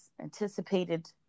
anticipated